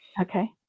okay